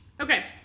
Okay